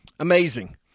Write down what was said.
Amazing